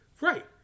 right